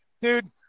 dude